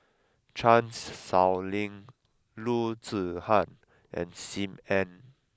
Chan Sow Lin Loo Zihan and Sim Ann